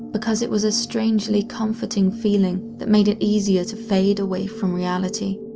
because it was a strangely comforting feeling that made it easier to fade away from reality.